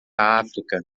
áfrica